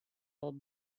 old